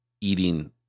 eating